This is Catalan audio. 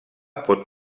pot